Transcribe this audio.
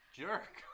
jerk